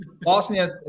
Bosnia